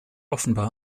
offenbar